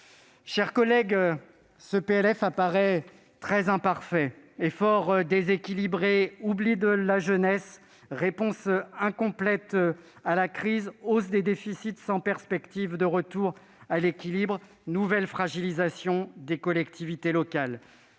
chers collègues, ce PLF apparaît très imparfait et fort déséquilibré : oubli de la jeunesse, réponse incomplète à la crise, hausse des déficits sans perspective de retour à l'équilibre, nouvelle fragilisation des collectivités locales.